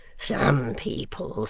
some people,